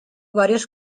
varios